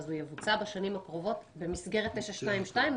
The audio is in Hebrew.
אז הוא יבוצע בשנים הקרובות במסגרת 922,